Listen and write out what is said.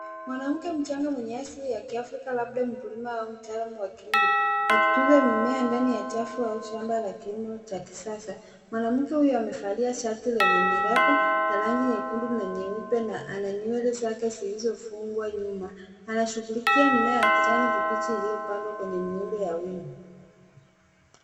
Mwanamke mchanga mwenye asili ya kiafrika labda mkulima au mtaalamu wa kilimo akitunza mimea ndani ya chafu au shamba la kilimo cha kisasa. Mwanamke huyo amevalia shati lenye miraba ya rangi nyekundu na nyeupe na ana nywele zake zilizofungwa nyuma. Anashughulikia mimea ya kijani kibichi iliyopandwa kwenye miundo ya wima.